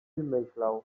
myślał